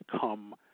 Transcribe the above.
come